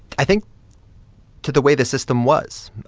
i think to the way the system was.